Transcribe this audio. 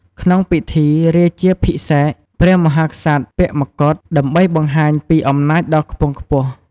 ក្នុងពិធីរាជាភិសេក ព្រះមហាក្សត្រពាក់ម្កុដ ដើម្បីបង្ហាញពីអំណាចដ៏ខ្ពង់ខ្ពស់។